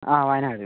ആ വയനാട്